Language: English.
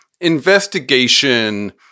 investigation